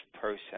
process